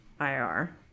IR